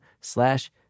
slash